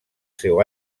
seu